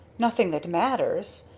nothing that matters.